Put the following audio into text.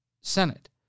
Senate